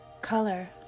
color